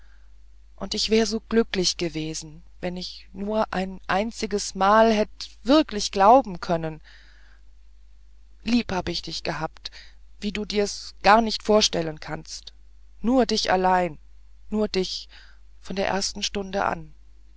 und ich wär so glücklich gewesen wenn ich's nur ein einziges mal hätt wirklich glauben können lieb hab ich dich gehabt wie du dir's gar nicht vorstellen kannst und nur dich allein nur dich von der ersten stunde an